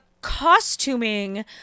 costuming